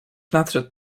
nadszedł